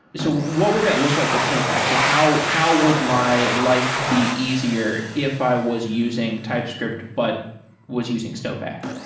so what would that look like with snowpack? so how how would my life be easier if i was using typescript but was using snowpack?